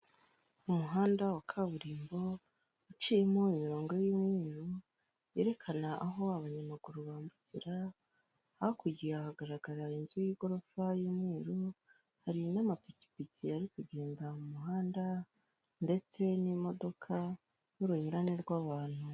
Umuhanda wa kaburimbo uciyemo imirongo y'imyeru yerekana aho abanyamaguru bambukira, hakurya hagaragara inzu y'igorofa y'umweru, hari n'amapikipiki ari kugenda mu muhanda, ndetse n'imodoka n'urunyurane rw'abantu.